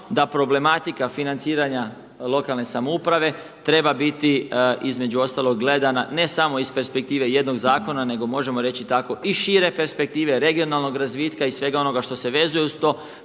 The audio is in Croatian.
da problematika financiranja lokalne samouprave treba biti između ostalog gledana ne samo iz perspektive jednog zakona, nego možemo reći tako i šire perspektive, regionalnog razvitka i svega onoga što se vezuje uz to,